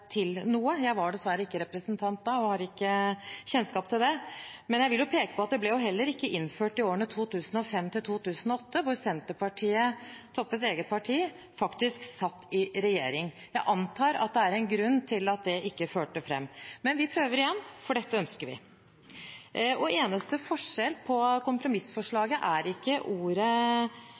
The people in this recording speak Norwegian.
til noe – jeg var dessverre ikke representant da og har ikke kjennskap til det. Men jeg vil peke på at det heller ikke ble innført i årene 2005–2009, da Senterpartiet, Toppes eget parti, satt i regjering. Jeg antar at det er en grunn til at det ikke førte fram, men vi prøver igjen, for dette ønsker vi. Den eneste forskjellen på kompromissforslaget er ikke